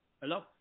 Hello